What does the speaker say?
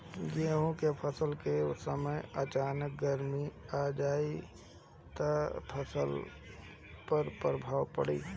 गेहुँ के फसल के समय अचानक गर्मी आ जाई त फसल पर का प्रभाव पड़ी?